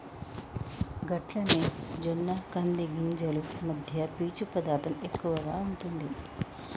గట్లనే జొన్న కంది గింజలు మధ్య పీచు పదార్థం ఎక్కువగా ఉంటుంది